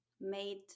made